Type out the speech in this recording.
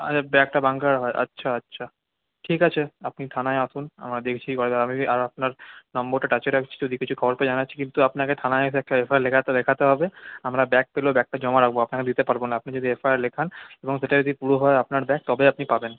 আরে ব্যাগটা বাঙ্কারে আচ্ছা আচ্ছা ঠিক আছে আপনি থানায় আসুন আমরা দেখছি কী করা যায় আর আপনার নম্বরটা টাচে রাখছি যদি কিছু খবর পাই জানাচ্ছি কিন্তু আপনাকে থানায় এসে একটা এফআইআর লেখাতে হবে আমরা ব্যাগ পেলেও ব্যাগটা জমা রাখবো আপনাকে দিতে পারবো না আপনি যদি এফআইআর লেখান এবং সেটা যদি পুরো হয় আপনার ব্যাগ তবে আপনি পাবেন